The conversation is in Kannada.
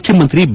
ಮುಖ್ಯಮಂತ್ರಿ ಬಿ